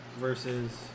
Versus